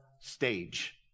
stage